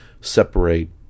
separate